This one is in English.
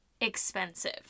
expensive